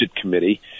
Committee